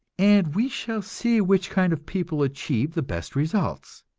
and we shall see which kind of people achieve the best results,